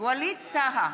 ווליד טאהא,